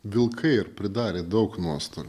vilkai ar pridarė daug nuostolių